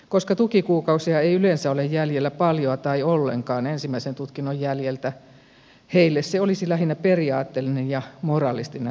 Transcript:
koska tukikuukausia ei yleensä ole jäljellä paljoa tai ollenkaan ensimmäisen tutkinnon jäljiltä heille se olisi lähinnä periaatteellinen ja moralistinen rajoitus